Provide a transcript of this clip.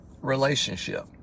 relationship